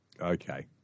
Okay